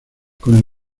con